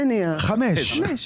זה מה שאני אומר, חמש לפחות.